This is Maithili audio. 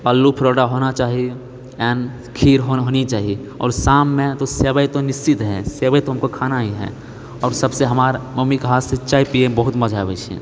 आलू परोठा होना चाही एंड खीर होना चाही आओर शाम मे तो सेबइ तऽ निश्चित होय सेबइ तो हमको खाना ही है आओर सबसँ हमरा मम्मीके हाथसँ चाय पियैमे बहुत मजा आबैत छै